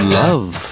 love